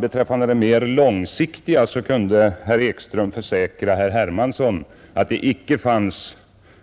Beträffande de mer långsiktiga målen råder däremot, konstaterade herr Ekström, inte